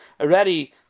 already